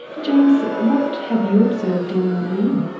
james, what have you observed in liam?